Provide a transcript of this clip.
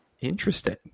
Interesting